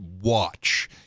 watch